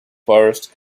forest